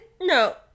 No